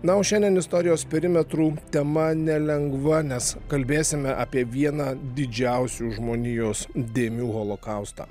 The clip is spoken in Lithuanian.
na o šiandien istorijos perimetrų tema nelengva nes kalbėsime apie vieną didžiausių žmonijos dėmių holokaustą